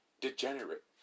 Degenerate